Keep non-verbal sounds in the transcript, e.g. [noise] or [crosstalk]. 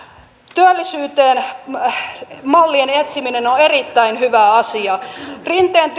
työllisyyteen mallien etsiminen on on erittäin hyvä asia rinteen [unintelligible]